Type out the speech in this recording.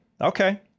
Okay